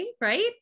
right